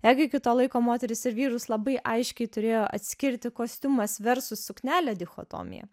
jeigu iki to laiko moteris ir vyrus labai aiškiai turėjo atskirti kostiumas versus suknelė dichotomija